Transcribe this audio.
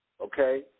Okay